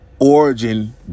Origin